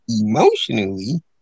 emotionally